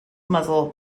muzzle